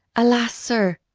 alas sir,